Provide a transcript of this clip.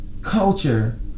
culture